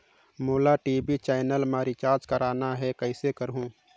मोला TV channel मा recharge करना हे, कइसे करहुँ?